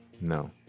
no